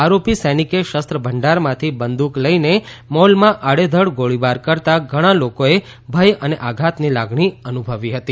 આરોપી સૈનિકે શસ્ત્ર ભંડારમાંથી બંદૂક લઇને મોલમાં આડેધડ ગોળીબાર કરતાં ઘણાં લોકોએ ભય અને આઘાતની લાગણી અનુભવી હતી